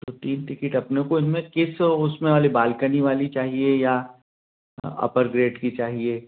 तो तीन टिकिट अपने को उनमें किस उसमें वाली बालकनी वाली चाहिए या अपर वेट की चाहिए